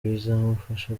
bizamufasha